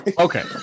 Okay